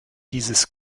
dieses